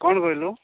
କ'ଣ କହିଲୁ